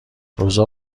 روزا